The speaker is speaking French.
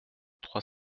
trois